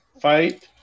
fight